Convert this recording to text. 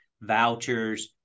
vouchers